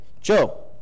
Joe